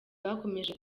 bakomeje